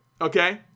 okay